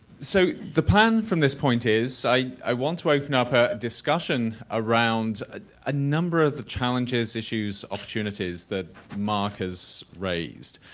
so the plan from this point is, i want to open up a discussion around a number of the challenges, issues and opportunities that mark has raised.